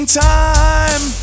time